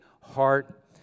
heart